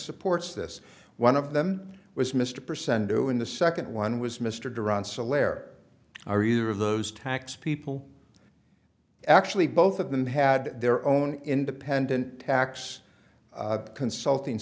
supports this one of them was mr percent who in the second one was mr durant's alair are either of those tax people actually both of them had their own independent tax consulting